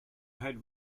had